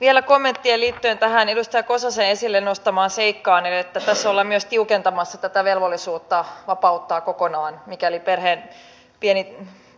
vielä kommentteja liittyen tähän edustaja kososen esille nostamaan seikkaan että tässä ollaan myös tiukentamassa tätä velvollisuutta vapauttaa kokonaan mikäli perheen